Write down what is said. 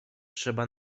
trzeba